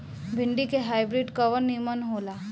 भिन्डी के हाइब्रिड कवन नीमन हो ला?